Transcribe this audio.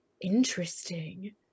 interesting